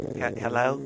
Hello